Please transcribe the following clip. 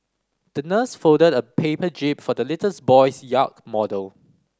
the nurse folded a paper jib for the little boy's yacht model